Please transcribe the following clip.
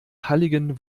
halligen